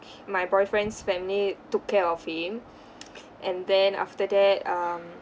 my boyfriend's family took care of him and then after that um